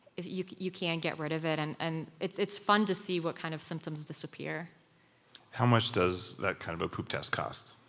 you you can get rid of it. and and it's it's fun to see what kind of symptoms disappear how much does that kind of a poop test cost?